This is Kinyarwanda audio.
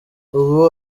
ubu